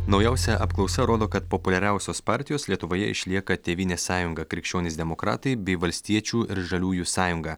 naujausia apklausa rodo kad populiariausios partijos lietuvoje išlieka tėvynės sąjunga krikščionys demokratai bei valstiečių ir žaliųjų sąjunga